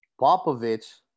Popovich